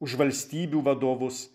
už valstybių vadovus